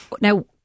Now